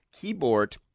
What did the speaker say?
Keyboard